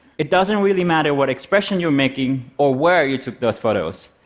it doesn't really matter what expression you're making or where you took those photos.